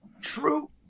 true